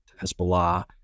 hezbollah